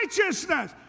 righteousness